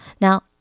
Now